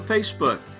Facebook